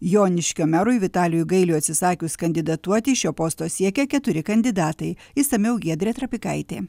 joniškio merui vitalijui gailiui atsisakius kandidatuoti šio posto siekia keturi kandidatai išsamiau giedrė trapikaitė